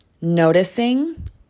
noticing